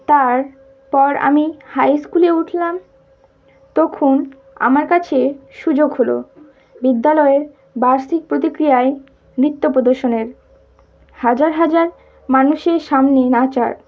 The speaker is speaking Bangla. তারপর আমি হাই স্কুলে উঠলাম তখন আমার কাছে সুযোগ হলো বিদ্যালয়ের বার্ষিক প্রতিক্রিয়ায় নৃত্য প্রদর্শনের হাজার হাজার মানুষের সামনে নাচার